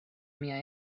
mia